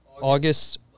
august